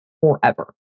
forever